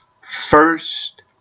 first